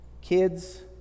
kids